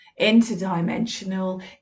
interdimensional